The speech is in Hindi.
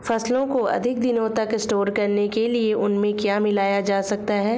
फसलों को अधिक दिनों तक स्टोर करने के लिए उनमें क्या मिलाया जा सकता है?